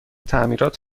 تعمیرات